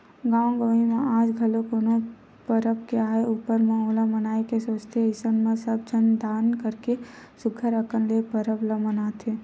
गाँव गंवई म आज घलो कोनो परब के आय ऊपर म ओला मनाए के सोचथे अइसन म सब झन दान करके सुग्घर अंकन ले परब ल मनाथे